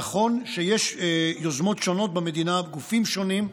נכון שיש יוזמות שונות במדינה, גופים שונים,